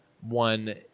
one